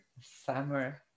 summer